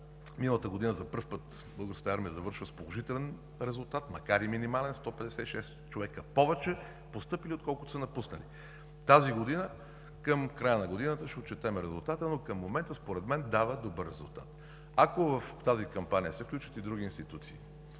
миналата година за първи път българската армия завършва с положителен резултат, макар и минимален – 156 човека в повече са постъпили, отколкото са напуснали. Към края на тази година ще отчетем резултата, но към момента според мен има добър резултат. Ако в тази кампания се включат и други институции,